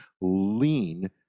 lean